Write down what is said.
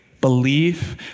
belief